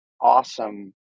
awesome